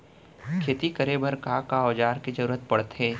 खेती करे बर का का औज़ार के जरूरत पढ़थे?